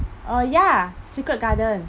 uh ya secret garden